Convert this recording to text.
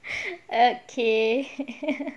okay